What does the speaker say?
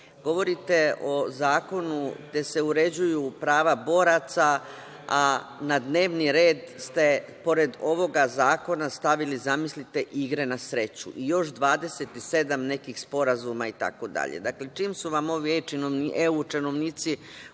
o zakonu gde se uređuju prava boraca, a na dnevni red ste pored ovog zakona stavili, zamislite, igre na sreću i još 27 nekih sporazuma itd. Dakle, čim su vam ovi EU činovnici